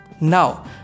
Now